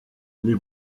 les